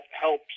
helps